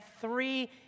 three